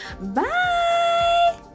Bye